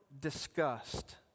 disgust